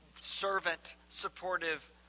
servant-supportive